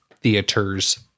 theaters